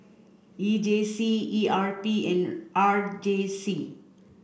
E J C E R P and R J C